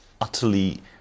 utterly